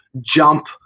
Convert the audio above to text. jump